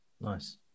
Nice